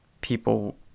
people